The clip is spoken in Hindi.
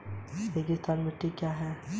रेगिस्तानी मिट्टी क्या है?